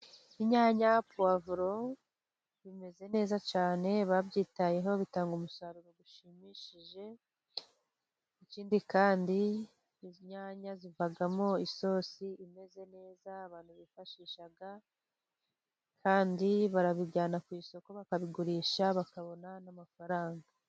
Inyanya, puwavuro, bimeze neza cyane, babyitayeho bitanga umusaruro ushimishije, ikindi kandi inyanya zivamo isosi imeze neza abantu bifashisha, kandi banabijyana ku isoko bakabigurisha bakabona n'amafaranga.